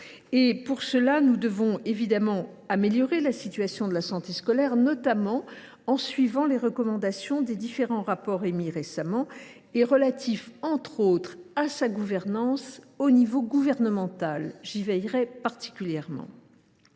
Pour ces raisons, nous devons améliorer la situation de la médecine scolaire, notamment en suivant les recommandations des différents rapports rendus récemment, relatifs entre autres à sa gouvernance au niveau national – j’y veillerai particulièrement.